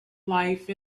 life